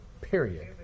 Period